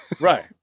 Right